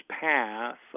path